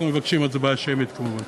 אנחנו מבקשים הצבעה שמית כמובן.